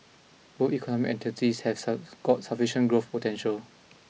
both economic entities has south got sufficient growth potential